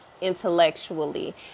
intellectually